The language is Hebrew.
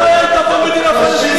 מתי היתה פה מדינה פלסטינית?